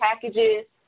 packages